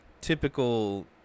typical